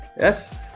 Yes